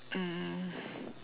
um